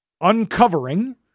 uncovering